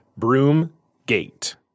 Broomgate